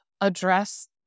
address